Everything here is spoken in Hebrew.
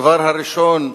הדבר הראשון,